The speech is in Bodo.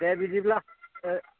दे बिदिब्ला